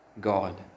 God